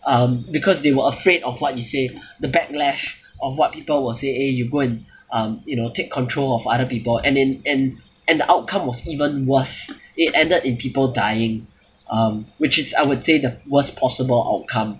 um because they were afraid of what you say the backlash of what people will say eh you go and um you know take control of other people and and and and the outcome was even worse it ended in people dying um which is I would say the worst possible outcome